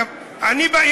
לא נכון.